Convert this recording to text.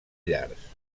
llars